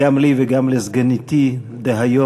גם לי וגם לסגניתי דהיום,